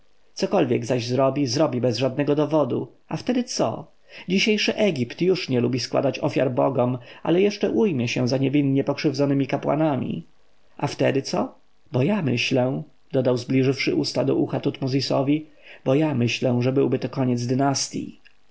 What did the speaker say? cokolwiek zaś zrobi zrobi bez żadnego dowodu a wtedy co dzisiejszy egipt już nie lubi składać ofiar bogom ale jeszcze ujmie się za niewinnie pokrzywdzonymi kapłanami a wtedy co bo ja myślę dodał zbliżywszy usta do ucha tutmozisowi bo ja myślę że byłby to koniec dynastji